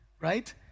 right